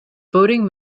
voting